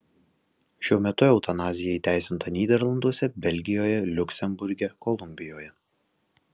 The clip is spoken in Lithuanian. šiuo metu eutanazija įteisinta nyderlanduose belgijoje liuksemburge kolumbijoje